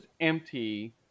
empty